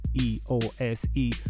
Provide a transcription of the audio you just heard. e-o-s-e